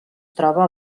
troba